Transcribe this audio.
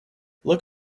look